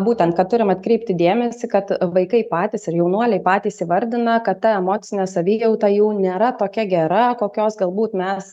būtent kad turim atkreipti dėmesį kad vaikai patys ir jaunuoliai patys įvardina kad ta emocinė savijauta jau nėra tokia gera kokios galbūt mes